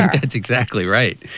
that's exactly right.